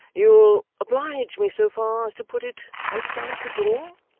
you will oblige me so far as to put it outside the door